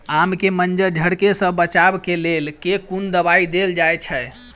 आम केँ मंजर झरके सऽ बचाब केँ लेल केँ कुन दवाई देल जाएँ छैय?